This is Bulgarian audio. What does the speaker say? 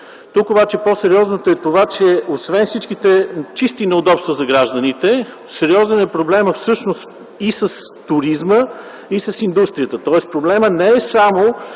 Тук обаче по-сериозното е това, че освен всичките чисти неудобства за гражданите, всъщност е сериозен проблемът и с туризма, и с индустрията. Тоест проблемът не е само